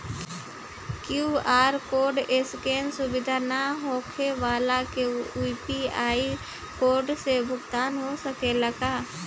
QR code scan सुविधा ना होखे वाला के यू.पी.आई कोड से भुगतान हो सकेला का?